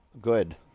Good